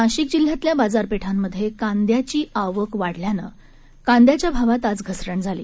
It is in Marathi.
नाशिक जिल्ह्यातल्या बाजारपेठांमधे कांद्याची आवक वाढल्यानं कांद्याच्या भावात घसरण झाली